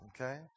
Okay